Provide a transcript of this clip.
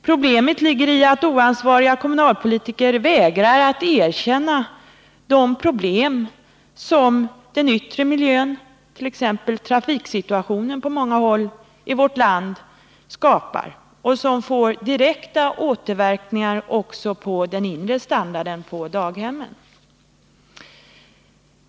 Problemet ligger i att oansvariga kommunalpolitiker vägrar att erkänna de problem som den yttre miljön, t.ex. trafiksituationen på många håll i vårt land, skapar och som får direkta återverkningar också på den inre standarden på daghemmen.